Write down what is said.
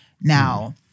Now